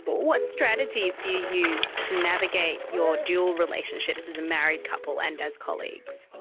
but what strategies do you use to navigate your dual relationships as a married couple and as colleagues?